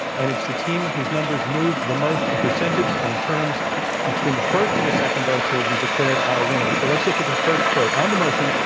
and it's the team whose numbers move the most in percentage point terms between the first and the second votes who will be declared our winner. so let's look at the first vote on the motion,